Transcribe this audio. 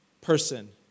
person